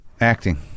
Acting